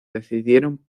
decidieron